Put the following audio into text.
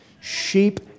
Sheep